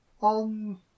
on